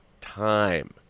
time